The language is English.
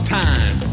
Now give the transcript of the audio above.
time